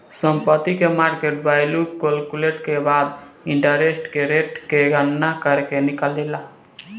संपत्ति के market value calculate के बाद इंटरेस्ट रेट के गणना करके निकालाला